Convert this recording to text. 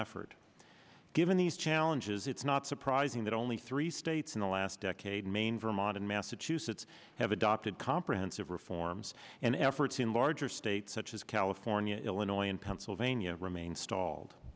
effort given these challenges it's not surprising that only three states in the last decade maine vermont and massachusetts have adopted comprehensive reforms and efforts in larger states such as california illinois and pennsylvania remain stalled